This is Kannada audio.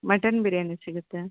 ಮಟನ್ ಬಿರ್ಯಾನಿ ಸಿಗುತ್ತೆ